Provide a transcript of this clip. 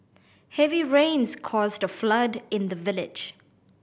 heavy rains caused a flood in the village